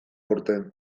aurten